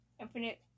Infinite